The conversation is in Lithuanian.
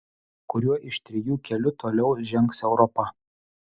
kuriuo iš trijų kelių toliau žengs europa